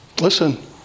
Listen